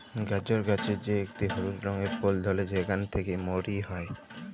গাজর গাছের যে একটি হলুদ রঙের ফুল ধ্যরে সেখালে থেক্যে মরি হ্যয়ে